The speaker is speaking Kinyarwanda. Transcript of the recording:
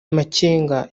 makenga